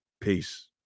peace